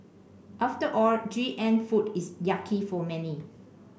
after all G M food is yucky for many